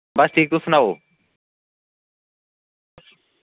बस ठीक तुस सनाओ